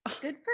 good